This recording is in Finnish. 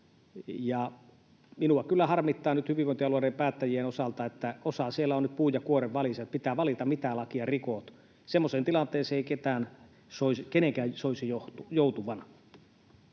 Minua kyllä harmittaa nyt hyvinvointialueiden päättäjien osalta, että osa siellä on nyt puun ja kuoren välissä niin, että pitää valita, mitä lakia rikot. Semmoiseen tilanteeseen ei kenenkään soisi joutuvan.